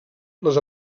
les